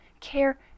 care